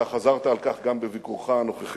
אתה חזרת על כך גם בביקורך הנוכחי,